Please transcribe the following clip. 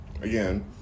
again